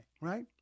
right